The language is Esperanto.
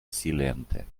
silente